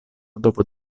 dopo